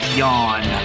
yawn